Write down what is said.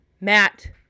Matt